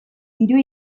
dirua